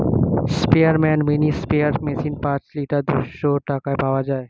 স্পেয়ারম্যান mini sprayer machine পাঁচ litre দুইশো টাকায় পাওয়া যায়